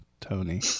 Tony